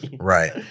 Right